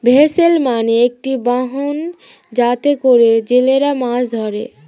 vessel মানে একটি বাহন যাতে করে জেলেরা মাছ ধরে